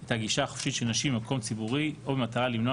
את הגישה החופשית של נשים למקום ציבורי או במטרה למנוע